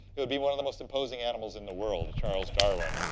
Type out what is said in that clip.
it would be one of the most imposing animals in the world. charles darwin,